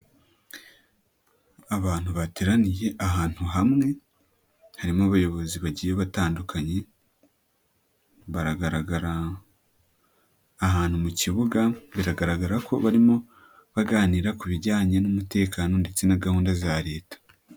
Abantu bateraniye ahantu hamwe harimo abayobozi bagiye batandukanye, baragaragara ahantu mu kibuga, biragaragara ko barimo baganira ku bijyanye n'umutekano ndetse na gahunda za leta.